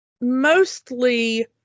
mostly